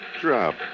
Drop